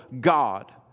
God